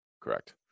Correct